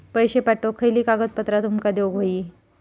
पैशे पाठवुक खयली कागदपत्रा तुमका देऊक व्हयी?